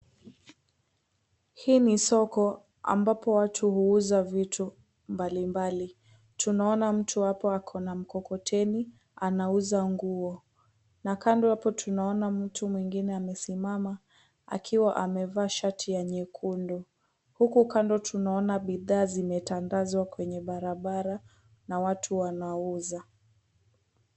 Hii ni soko ambapo watu huuza vitu mbalimbali. Tunaona mtu hapa Ako na mkokoteni anauza nguo, na kando hapo tunaona mtu mwingine amesimama akiwa amevaa shati ya nyekundu. Huku kando tunaona bidhaa zimetandazwa kwenye barabara na watu wanauza.